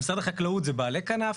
משרד החקלאות זה בעלי כנף.